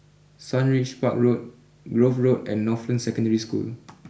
Sundridge Park Road Grove Road and Northland Secondary School